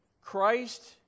Christ